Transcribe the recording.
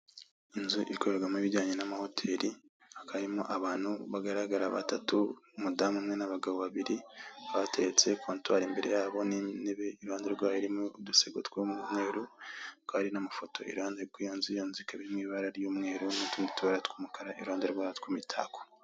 Inzu ikorwarwamo ibijyanye n'amahoteli, hakaba harimo abantu bagaragara batatu umudamu umwe n'abagabo babiri, hakaba hateretse kontwari imbere yabo n'intebe iruhande rwayo irimo udusego tw'umweru, hakaba hari n'amafoto iruhande rw'iyo nzu. Iyo nzu ikaba iri mu ibara ry'umweru n'utundi tubara tw'umukara iruhande rwa two imitako.